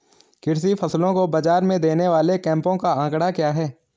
कृषि फसलों को बाज़ार में देने वाले कैंपों का आंकड़ा क्या है?